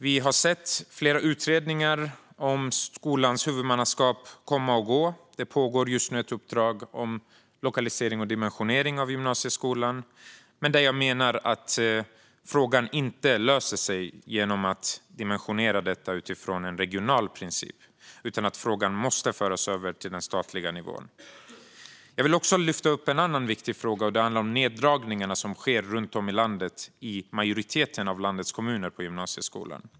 Vi har sett flera utredningar om skolans huvudmannaskap komma och gå. Det pågår just nu ett uppdrag om lokalisering och dimensionering av gymnasieskolan. Jag menar dock att frågan inte löser sig genom att man dimensionerar detta utifrån en regional princip, utan den måste föras över till den statliga nivån. Jag vill också lyfta upp en annan viktig fråga. Den handlar om de neddragningar som sker runt om i landet, i majoriteten av landets kommuner, på gymnasieskolan.